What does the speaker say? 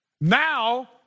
Now